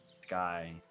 sky